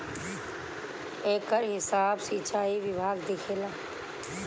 एकर हिसाब सिंचाई विभाग देखेला